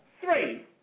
three